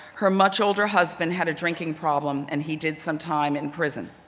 her much older husband had a drinking problem and he did some time in prison.